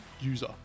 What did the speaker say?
User